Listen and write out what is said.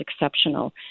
exceptional